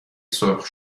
سرخ